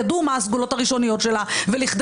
אז ידעו מה הסגולות הראשוניות שלה ולכדי